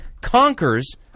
conquers